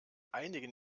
einigen